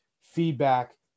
feedback